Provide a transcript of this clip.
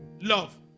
Love